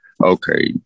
okay